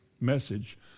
message